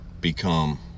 become